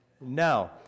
No